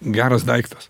geras daiktas